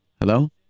Hello